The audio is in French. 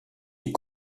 est